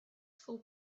school